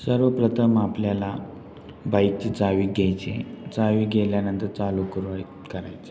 सर्वप्रथम आपल्याला बाईकची चावी घ्यायची चावी गेल्यानंतर चालू कर करायचे